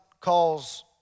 calls